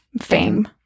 fame